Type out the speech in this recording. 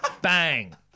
Bang